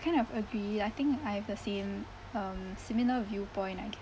kind of agree I think I have a sim~ um similar viewpoint I guess